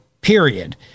period